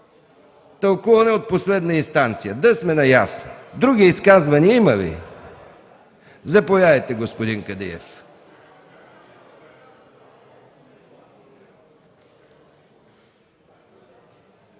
тълкуване от последна инстанция. Да сме наясно! Има ли други изказвания? Заповядайте, господин Кадиев.